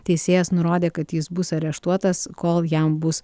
teisėjas nurodė kad jis bus areštuotas kol jam bus